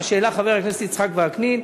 מה שהעלה חבר הכנסת יצחק וקנין,